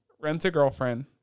Rent-a-girlfriend